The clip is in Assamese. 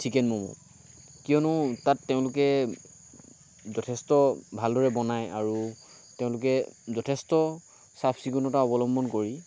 চিকেন ম'ম' কিয়নো তাত তেওঁলোকে যথেষ্ট ভালদৰে বনায় আৰু তেওঁলোকে যথেষ্ট চাফ চিকূণতা অৱলম্বন কৰি